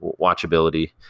watchability